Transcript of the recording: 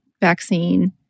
vaccine